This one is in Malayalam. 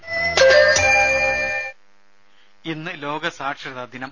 രുദ ഇന്ന് ലോക സാക്ഷരതാ ദിനം